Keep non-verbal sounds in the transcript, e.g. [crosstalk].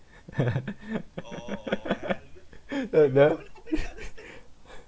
[laughs] the the